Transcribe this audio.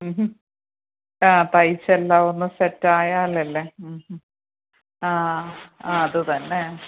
ആ തെയ്ച്ച എല്ലാം ഒന്ന് സെറ്റായാലല്ലേ ആ അ അത് തന്നെ